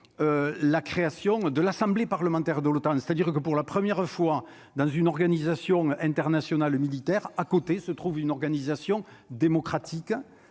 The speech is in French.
la création de l'Assemblée parlementaire de l'OTAN, c'est-à-dire que, pour la première fois dans une organisation internationale militaire à côté se trouve une organisation démocratique